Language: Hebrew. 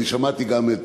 שמעתי גם את